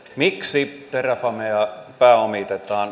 miksi terrafamea pääomitetaan